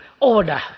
order